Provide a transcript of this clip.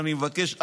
ואני מבקש,